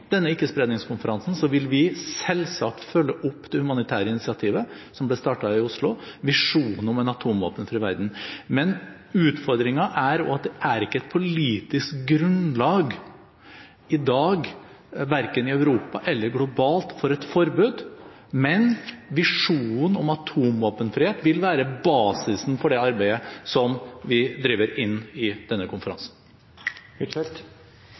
vil vi selvsagt følge opp det humanitære initiativet – som ble startet i Oslo – visjonen om en atomvåpenfri verden. Utfordringen er at det i dag ikke er politisk grunnlag for – verken i Europa eller globalt – et forbud, men visjonen om atomvåpenfrihet vil være basis for det arbeidet som vi driver inn i denne konferansen.